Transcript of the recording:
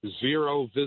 zero